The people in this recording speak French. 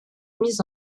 mis